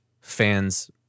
fans